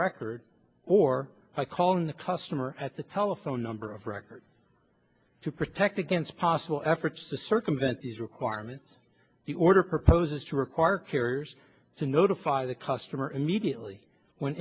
record or by calling the customer at the telephone number of records to protect against possible efforts to circumvent these requirements the order proposes to require carriers to notify the custom immediately when